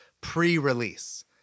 pre-release